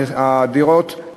הדירות,